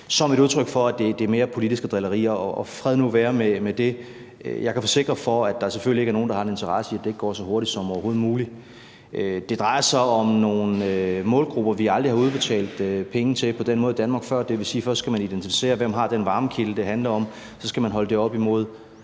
som et udtryk for, at det mere er politiske drillerier. Og fred nu være med det. Jeg kan forsikre for, at der selvfølgelig ikke er nogen, der har en interesse i, at det ikke går så hurtigt som overhovedet muligt. Det drejer sig om nogle målgrupper, vi aldrig har udbetalt penge til på den måde i Danmark før. Det vil sige, at først skal man identificere, hvem der har den varmekilde, det handler om, og så skal man holde det op imod